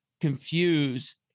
confuse